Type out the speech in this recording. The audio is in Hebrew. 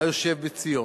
היושב בציון.